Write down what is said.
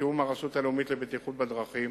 בתיאום עם הרשות הלאומית לבטיחות בדרכים,